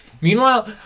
Meanwhile